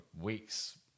weeks